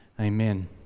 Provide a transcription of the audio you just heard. amen